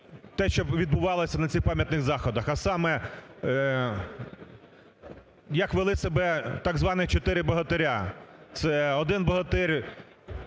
те, що відбувалося на цих пам'ятних заходах, а саме, як вели собі, так звані, чотири богатиря – це один богатир,